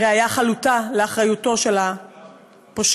ראייה חלוטה לאחריותו של הפושע.